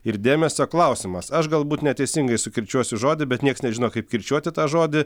ir dėmesio klausimas aš galbūt neteisingai sukirčiuosiu žodį bet nieks nežino kaip kirčiuoti tą žodį